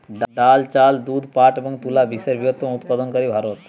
ডাল, চাল, দুধ, পাট এবং তুলা বিশ্বের বৃহত্তম উৎপাদনকারী ভারত